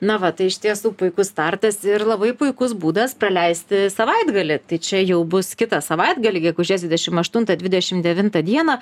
na va tai iš tiesų puikus startas ir labai puikus būdas praleisti savaitgalį tai čia jau bus kitą savaitgalį gegužės dvidešim aštuntą dvidešim devintą dieną